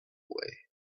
away